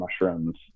mushrooms